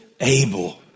able